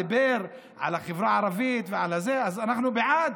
דיבר על החברה הערבית ועל זה, אז אנחנו בעד.